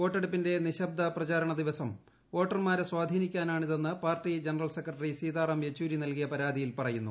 വോട്ടെടുപ്പിന്റെ നിശബ്ദ പ്രചരണ ദിവസം വോട്ടർമാരെ സ്വാധീനിക്കാനാണിതെന്ന് പാർട്ടി ജനറൽ സെക്രട്ടറി സീതാറാം യെച്ചൂരി നൽകിയ പരാതിയിൽ പറയുന്നു